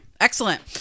excellent